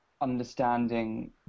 understanding